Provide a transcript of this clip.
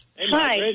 Hi